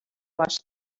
wash